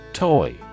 Toy